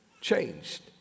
changed